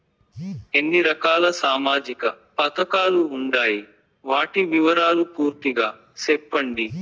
ఎన్ని రకాల సామాజిక పథకాలు ఉండాయి? వాటి వివరాలు పూర్తిగా సెప్పండి?